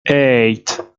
eight